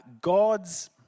God's